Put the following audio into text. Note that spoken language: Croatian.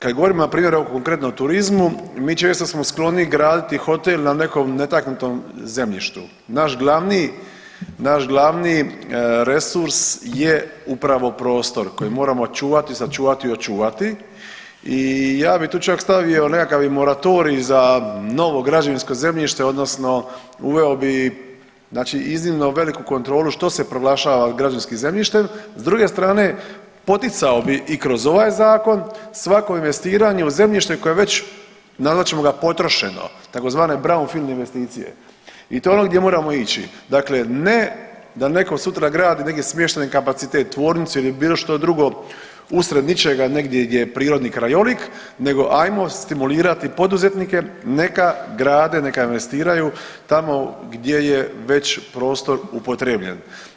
Kad govorimo npr. o konkretnom turizmu mi često smo skloni graditi hotel na nekom netaknutom zemljištu, naš glavni, naš glavni resurs je upravo prostor koji moramo čuvati i sačuvati i očuvati i ja bi tu čak stavio nekakav i moratorij za novo građevinsko zemljište odnosno uveo bi znači iznimno veliku kontrolu što se proglašava građevinskim zemljištem, s druge strane poticao bi i kroz ovaj zakon svako investiranje u zemljište koje je već nazvat ćemo ga potrošeno tzv. brownfield investicije i to je ono gdje moramo ići, dakle ne da neko sutra gradi negdje smještajni kapacitet, tvornicu ili bilo što drugo usred ničega negdje gdje je prirodni krajolik nego ajmo stimulirati poduzetnike neka grade, neka investiraju tamo gdje je već prostor upotrebljen.